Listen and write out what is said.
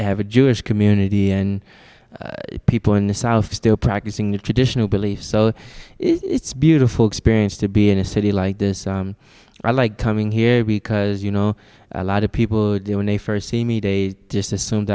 have a jewish community and people in the south are still practicing the traditional beliefs so it's beautiful experience to be in a city like this i like coming here because you know a lot of people when they st see me they just assume